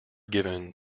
given